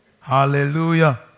Hallelujah